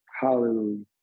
Hallelujah